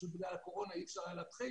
פשוט בגלל הקורונה אי אפשר היה להתחיל,